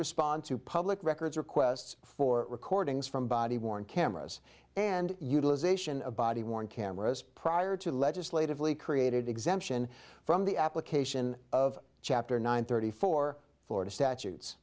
respond to public records requests for recordings from body worn cameras and utilization of body worn cameras prior to legislatively created exemption from the application of chapter nine thirty four florida statutes